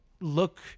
look